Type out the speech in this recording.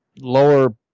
lower